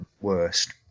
worst